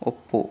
ಒಪ್ಪು